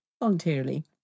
voluntarily